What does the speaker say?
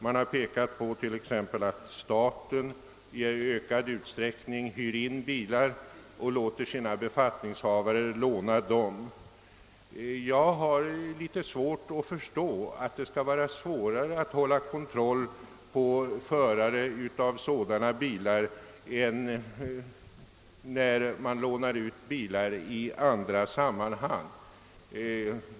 Man har framhållit att t.ex. staten i ökad utsträckning hyr in bilar och låter sina befattningshavare låna dem. Jag har litet svårt att förstå att det skulle vara svårare för dessa firmor än för andra som lånar ut bilar att hålla kontroll på förarna.